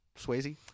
Swayze